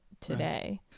today